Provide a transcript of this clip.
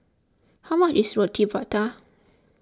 how much is Roti Prata